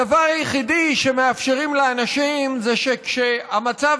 הדבר היחידי שמאפשרים לאנשים זה שכשהמצב